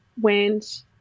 went